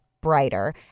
brighter